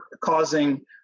causing